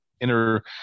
inner